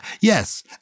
Yes